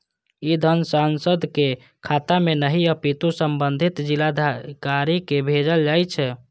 ई धन सांसदक खाता मे नहि, अपितु संबंधित जिलाधिकारी कें भेजल जाइ छै